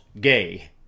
gay